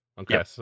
Okay